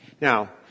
Now